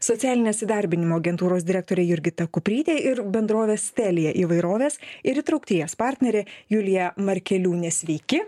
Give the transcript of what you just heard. socialinės įdarbinimo agentūros direktorė jurgita kuprytė ir bendrovės telia įvairovės ir įtraukties partnerė julija markeliūnė sveiki